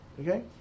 Okay